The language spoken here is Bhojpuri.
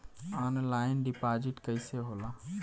ऑनलाइन डिपाजिट कैसे होला?